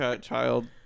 child